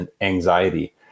anxiety